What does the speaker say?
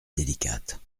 délicate